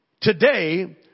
today